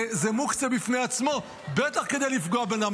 זה מוקצה בפני עצמו, בטח כדי לפגוע בבן אדם.